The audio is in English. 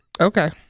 Okay